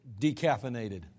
Decaffeinated